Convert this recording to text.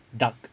dark